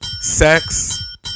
Sex